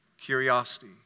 curiosity